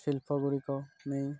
ଶିଳ୍ପଗୁଡ଼ିକ ନେଇ